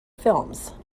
films